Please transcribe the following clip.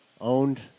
owned